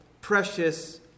precious